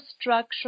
structure